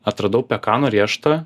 atradau pekano riešutą